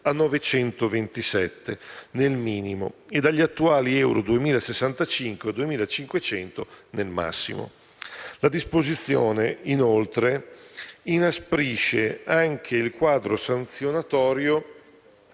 a 927 euro nel minimo e dagli attuali euro 2.065 a 2.500 euro nel massimo). La disposizione inasprisce inoltre anche il quadro sanzionatorio